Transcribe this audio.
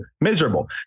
miserable